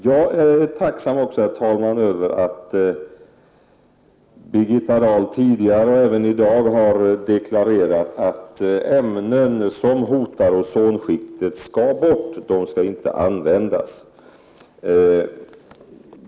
Jag är tacksam också, herr talman, över att Birgitta Dahl tidigare — och hon gjorde det även i dag — har deklarerat att ämnen som hotar ozonskiktet skall bort, de skall inte användas.